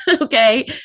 okay